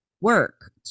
work